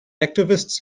activists